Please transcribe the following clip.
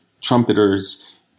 trumpeters